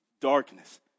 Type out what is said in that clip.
darkness